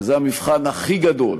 וזה המבחן הכי גדול